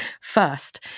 first